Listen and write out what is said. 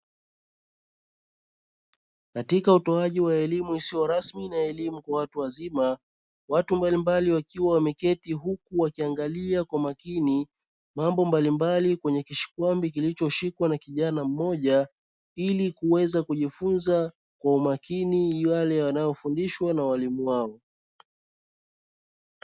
Katika utoaji wa elimu isiyo rasmi na elimu kwa watu wazima; watu mbalimbali wakiwa wameketi huku wakiangalia mambo mbalimbali kwenye kishikwambi kilichoshikwa na kijana mmoja, ili kuweza kujifunza kwa umakini yale wanayofundishwa na walimu wao.